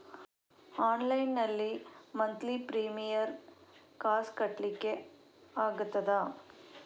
Online ನಲ್ಲಿ monthly premium ಕಾಸ್ ಕಟ್ಲಿಕ್ಕೆ ಆಗ್ತದಾ?